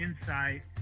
insight